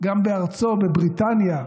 גם בארצו, בבריטניה,